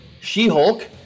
She-Hulk